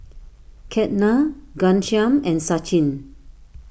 Ketna Ghanshyam and Sachin